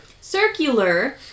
Circular